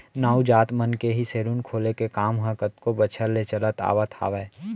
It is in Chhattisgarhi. नाऊ जात मन के ही सेलून खोले के काम ह कतको बछर ले चले आवत हावय